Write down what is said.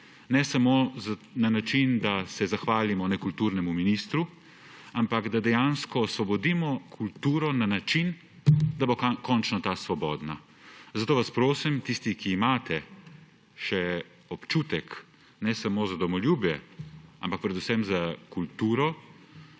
Ne samo na način, da se zahvalimo nekulturnemu ministru, ampak da dejansko osvobodimo kulturo na način, da bo končno ta svobodna. Zato vas prosim, tisti, ki imate še občutek ne samo za domoljubje, ampak predvsem za kulturo,